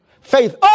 Faith